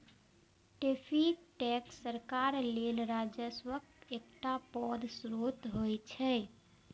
tariff tax सरकार लेल राजस्वक एकटा पैघ स्रोत होइ छै